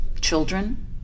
children